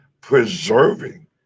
preserving